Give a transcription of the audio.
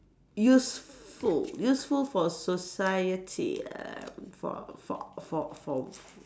useful useful for society uh for for for for